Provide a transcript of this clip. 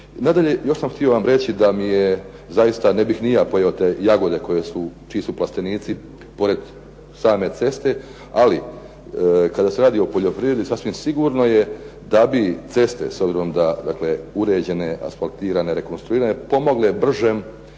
Nadalje još sam htio vam reći da mi je zaista, ne bih ni ja pojeo te jagode koje su, čiji su plastenici pored same ceste, ali kada se radi o poljoprivredi sasvim sigurno je da bi ceste, s obzirom da dakle uređene, asfaltirane, rekonstruirane, pomogle bržem